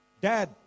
Dad